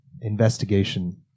investigation